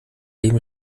eben